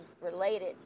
related